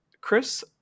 Chris